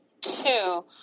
two